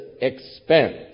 expense